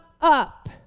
up